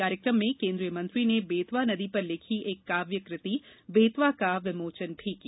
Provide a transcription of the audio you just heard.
कार्यक्रम में केन्द्रीय मंत्री ने बेतवा नदी पर लिखी एक काव्य कृति बेतवा का विमोचन किया